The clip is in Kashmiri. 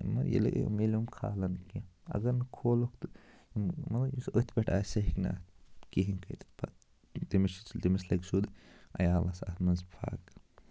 یِمہٕ ییٚلہِ یِم ییٚلہِ یِم کھالَن کیٚنٛہہ اَگر نہٕ کھولُکھ تہٕ یِم مطلب یُس أتھۍ پٮ۪ٹھ آسہِ سُہ ہیٚکہِ نہٕ اَتھ کِہیٖنۍ کٔرِتھ پَتہٕ تٔمِس تٔمِس لَگہِ سیوٚد عیالَس اَتھ منٛز فاقہٕ